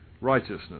righteousness